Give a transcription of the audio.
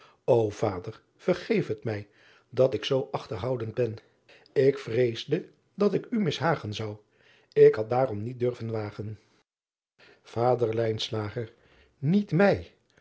o ader vergeef het mij dat ik zoo achterhoudend ben k vreesde dat ik u mishagen zou k had daarom niet durven wagen ader iet mij